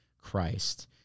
Christ